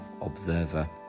observer